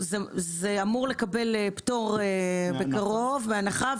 זה אמור לקבל פטור מחובת הנחה בקרוב,